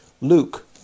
Luke